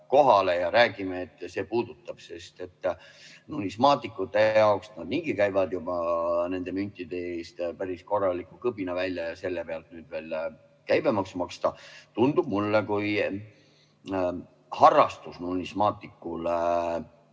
ja räägime, et see puudutab neid. Numismaatikud niigi käivad nende müntide eest päris korraliku kõbina välja ja selle pealt veel käibemaksu maksta tundub mulle kui harrastusnumismaatikule